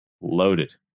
Loaded